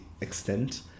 extent